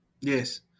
Yes